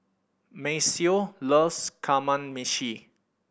Maceo loves Kamameshi